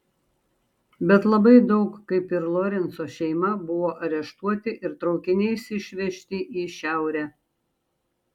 bet labai daug kaip ir lorenco šeima buvo areštuoti ir traukiniais išvežti į šiaurę